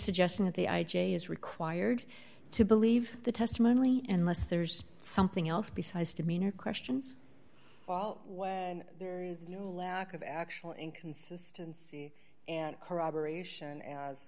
suggesting that the i j a is required to believe the testimony and less there's something else besides demeanor questions while there is no lack of actual inconsistency and corroboration as